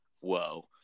whoa